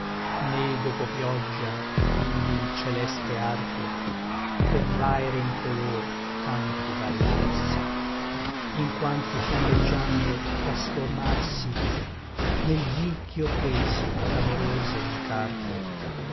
né dopo pioggia vidi l celeste arco per l'aere in color tanti varïarsi in quanti fiammeggiando trasformarsi nel dí ch'io presi l'amoroso incarco